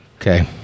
Okay